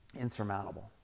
insurmountable